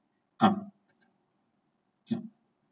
uh yup